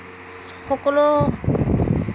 সকলো